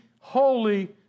holy